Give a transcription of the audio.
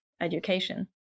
education